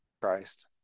Christ